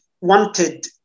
wanted